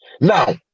Now